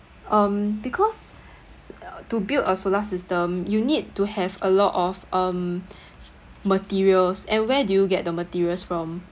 um because to build a solar system you need to have a lot of um materials and where do you get the materials from